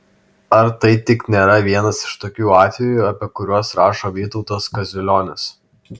ar tai tik nėra vienas iš tokių atvejų apie kuriuos rašo vytautas kaziulionis